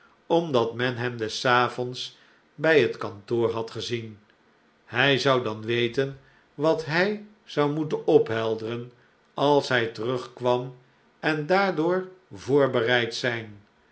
omdat men hem des avonds bij het kantoor had gezien hi zou dan weten wathij zou moeten ophelderen als hij terugkwam en daarop voorbereid zijn